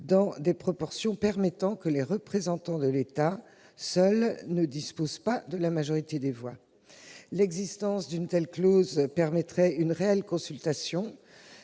dans des proportions telles que les représentants de l'État ne disposent pas seuls de la majorité des voix. L'existence d'une telle clause permettrait une réelle consultation